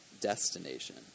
destination